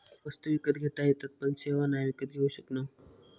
वस्तु विकत घेता येतत पण सेवा नाय विकत घेऊ शकणव